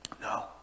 no